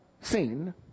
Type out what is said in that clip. seen